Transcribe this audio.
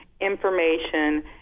information